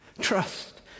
Trust